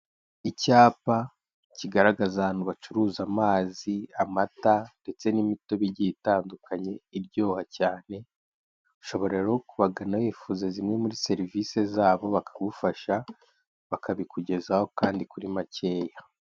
Icyapa kigaragaza ahantu bacuruza amazi, amata ndetse n'imitobe igiye itandukanye iryoha cyane, ushobora rero kubagana wifuza zimwe muri serivisi zabo bakagufasha, bakabikugezaho kandi kuri makeya.